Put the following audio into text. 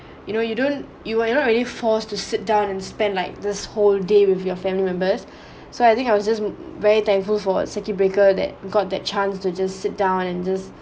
you know you don't you you don't really forced to sit down and spend like this whole day with your family members so I think I was just very thankful for a circuit breaker that got that chance to just sit down and just